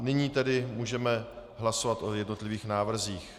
Nyní tedy můžeme hlasovat o jednotlivých návrzích.